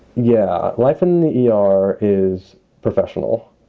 yeah. life in the e r. is professional.